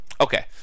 Okay